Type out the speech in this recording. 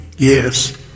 Yes